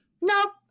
nope